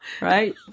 Right